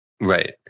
Right